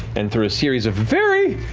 and through a series of very,